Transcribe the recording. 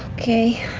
okay.